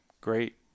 Great